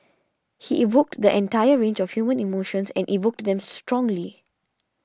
he evoked the entire range of human emotions and evoked them strongly